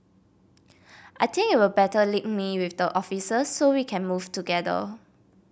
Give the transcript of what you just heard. I think it'll better link me with the officers so we can move together